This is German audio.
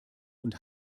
und